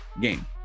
game